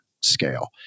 scale